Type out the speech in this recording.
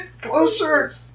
closer